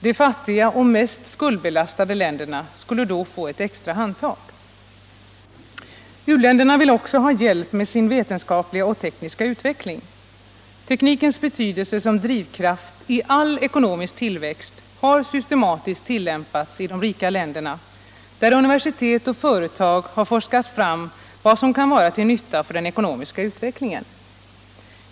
De fattiga och mest skuldbelastade länderna skulle då få ett extra handtag. U-länderna vill också ha hjälp med sin vetenskapliga och tekniska utveckling. Tekniken som drivkraft i all ekonomisk tillväxt har systematiskt tillämpats i de rika länderna, där universitet och företag har forskat fram vad som kan vara till nytta för den ekonomiska utvecklingen.